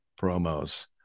promos